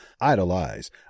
Idolize